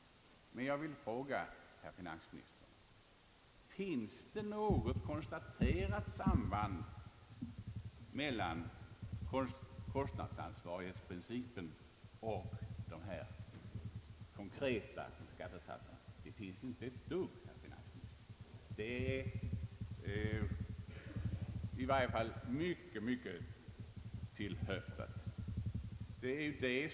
Men jag vill fråga herr finansministern: Finns det verkligen något konstaterat samband mellan kostnadsansvarighetsprincipen och dessa konkreta skattesatser? Det finns inte ett dugg samband, herr finansminister! Det är i varje fall mycket, mycket tillhöftat.